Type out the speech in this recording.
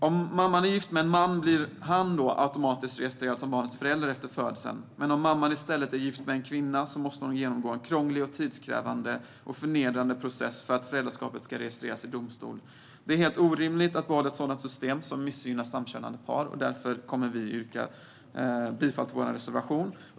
Om mamman är gift med en man blir han automatiskt registrerad som barnets förälder efter födseln, men om mamman i stället är gift med en kvinna måste hon genomgå en krånglig, tidskrävande och förnedrande process för att föräldraskapet ska registreras i domstol. Det är helt orimligt att behålla ett system som missgynnar samkönade par, och därför kommer vi att yrka bifall till vår reservation.